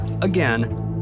again